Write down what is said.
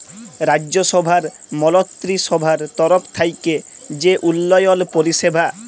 রাজ্যসভার মলত্রিসভার তরফ থ্যাইকে যে উল্ল্যয়ল পরিষেবা